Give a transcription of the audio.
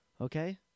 Okay